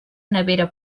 nevera